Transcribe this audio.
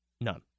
None